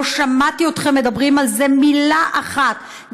לא שמעתי אתכם מדברים על זה מילה אחת.